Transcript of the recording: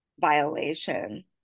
violation